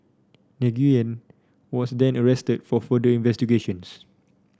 Nguyen was then arrested for further investigations